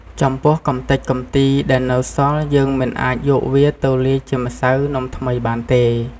ចំពោះកម្ទេចកម្ទីដែលនៅសល់យើងមិនអាចយកវាទៅលាយជាម្សៅនំថ្មីបានទេ ។